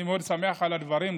אני מאוד שמח על הדברים,